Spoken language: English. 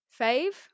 fave